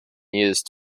used